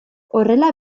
horrela